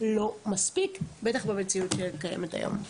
לא מספיק, בטח במציאות שקיימת היום.